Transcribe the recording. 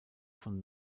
von